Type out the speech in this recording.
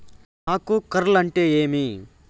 ఆకు కార్ల్ అంటే ఏమి?